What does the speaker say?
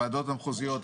הוועדות המחוזיות,